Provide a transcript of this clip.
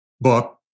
book